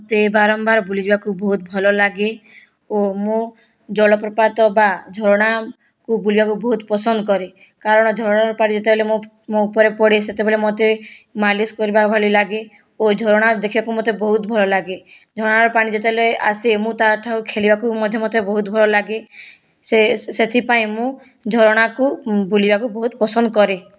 ମୋତେ ବାରମ୍ବାର ବୁଲିଯିବାକୁ ବହୁତ ଭଲ ଲାଗେ ଓ ମୁଁ ଜଳପ୍ରପାତ ବା ଝରଣାକୁ ବୁଲିବାକୁ ବହୁତ ପସନ୍ଦ କରେ କାରଣ ଝରଣାର ପାଣି ଯେତେବେଳେ ମୋ ମୋ ଉପରେ ପଡ଼େ ସେତେବେଳେ ମୋତେ ମାଲିସ କରିବା ଭଳି ଲାଗେ ଓ ଝରଣା ଦେଖିବାକୁ ମୋତେ ବହୁତ ଭଲ ଲାଗେ ଝରଣାର ପାଣି ଯେତେବେଳେ ଆସେ ମୁଁ ତା ଠାରୁ ଖେଲିବାକୁ ମଧ୍ୟ ମୋତେ ବହୁତ ଭଲ ଲାଗେ ସେଥିପାଇଁ ମୁଁ ଝରଣାକୁ ବୁଲିବାକୁ ବହୁତ ପସନ୍ଦ କରେ